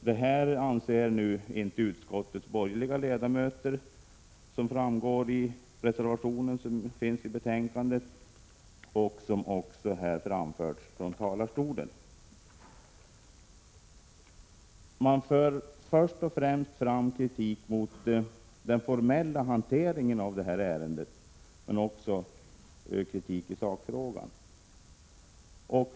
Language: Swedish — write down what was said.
Det anser inte utskottets borgerliga ledamöter, vilket framgår av en reservation som fogats till betänkandet. Det har också framförts här från talarstolen. I reservationen framförs först och främst kritik mot den formella hanteringen av ärendet, men också kritik i sakfrågan.